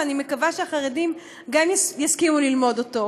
ואני מקווה שגם החרדים יסכימו ללמוד אותו.